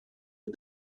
the